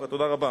תודה רבה.